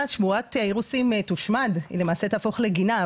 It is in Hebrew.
שמורת אירוסים תושמד, למעשה, תהפוך לגינה.